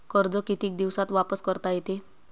कर्ज कितीक दिवसात वापस करता येते?